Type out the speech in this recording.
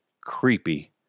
creepy